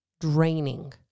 draining